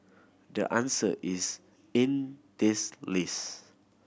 the answer is in this list